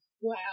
Wow